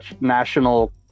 national